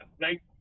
Thank